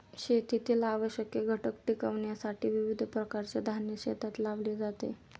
शेतीतील आवश्यक घटक टिकविण्यासाठी विविध प्रकारचे धान्य शेतात लावले जाते